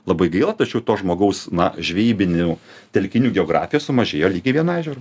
labai gaila tačiau to žmogaus na žvejybinių telkinių geografija sumažėjo lygiai vienu ežeru